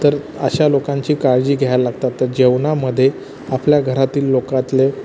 तर अशा लोकांची काळजी घ्यायला लागतं तर जेवणामध्ये आपल्या घरातील लोकातले